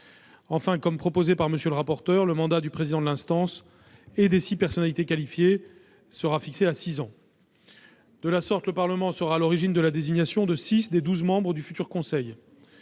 Comme proposé par M. le rapporteur, le mandat du président du l'instance et des six personnalités qualifiées sera fixé à six ans. De la sorte, le Parlement sera à l'origine de la désignation de six des douze membres du futur conseil.